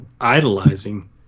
idolizing